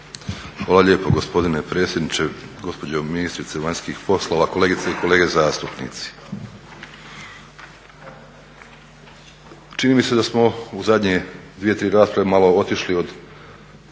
Hvala lijepo gospodine predsjedniče, gospođo ministrice vanjskih poslova, kolegice i kolege zastupnici. Čini mi se da smo u zadnje dvije, tri rasprave malo otišli od